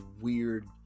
weird